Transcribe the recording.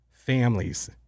families